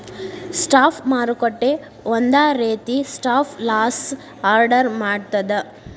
stop ಮಾರುಕಟ್ಟೆ ಒಂದ ರೇತಿ ಸ್ಟಾಪ್ ಲಾಸ್ ಆರ್ಡರ್ ಮಾಡ್ತದ